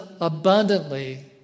abundantly